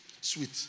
sweet